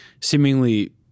seemingly